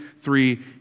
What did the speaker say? three